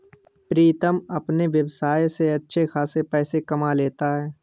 प्रीतम अपने व्यवसाय से अच्छे खासे पैसे कमा लेता है